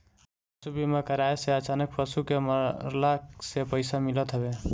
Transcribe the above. पशु बीमा कराए से अचानक पशु के मरला से पईसा मिलत हवे